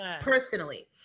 personally